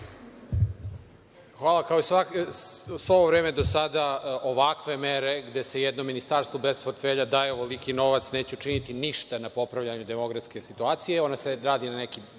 Hvala. Kao i svo ovo vreme do sada, ovakve mere, gde se jednom ministarstvu bez portfelja daje ovoliki novac neće učiniti ništa na popravljanju demografske situacije. Ona se radi na neki